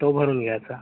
तो भरून घ्यायचा